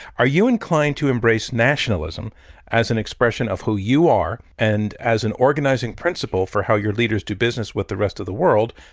are you inclined to embrace nationalism as an expression of who you are and as an organizing principle for how your leaders do business with the rest of the world?